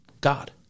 God